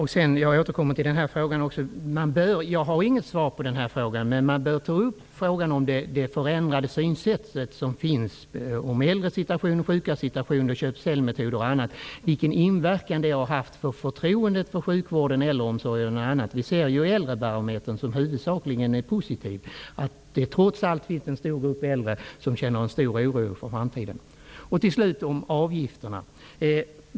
Herr talman! Jag har inget svar att ge, men man bör ta upp frågan om det förändrade synsätt som finns när det gäller de äldres situation, de sjukas situation, köp--sälj-metoderna osv. och om vilken inverkan detta haft på förtroendet för sjukvården och äldreomsorgen t.ex. Vi ser ju beträffande äldrebarometern, som huvudsakligen är positiv, att det trots allt finns en stor grupp äldre som känner stor oro för framtiden. Till slut några ord om avgifterna.